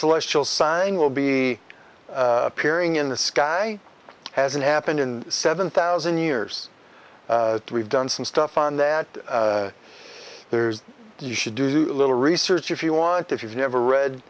celestial sign will be appearing in the sky hasn't happened in seven thousand years we've done some stuff on that there's you should do a little research if you want if you've never read